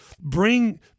bring